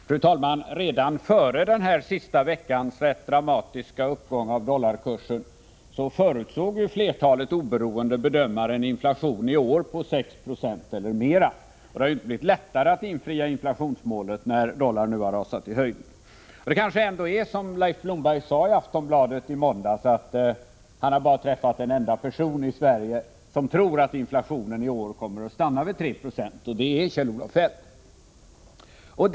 Fru talman! Redan före den senaste veckans dramatiska uppgång av dollarkursen förutsåg flertalet oberoende bedömare en inflation i år på 6 76 eller mer. Det har inte blivit lättare att infria inflationsmålet, när dollarn har rasat i höjden. Det kanske ändå är som Leif Blomberg sade i Aftonbladet i måndags. Han hade träffat bara en enda person i Sverige, som tror att inflationen i år kommer att stanna vid 3 26, nämligen Kjell-Olof Feldt.